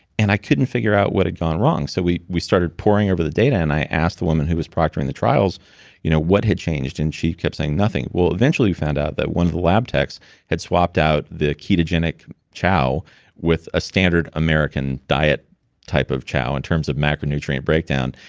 and i couldn't figure out what had gone wrong. so, we we started pouring over the data, and i asked the woman who was proctoring the trials you know what had changed. and she kept saying, nothing. well, eventually we found out that one of the lab techs had swapped out the ketogenic chow with a standard american diet type of chow, in terms of macronutrient breakdown,